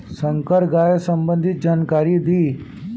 संकर गाय संबंधी जानकारी दी?